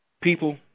People